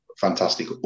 fantastic